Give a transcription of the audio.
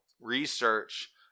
research